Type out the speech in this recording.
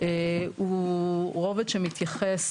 הוא רובד שמתייחס